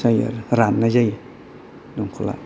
जायो आरो राननाय जायो दंखला